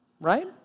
right